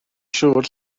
siŵr